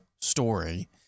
story